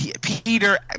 Peter